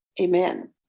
amen